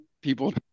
people